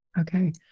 Okay